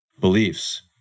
beliefs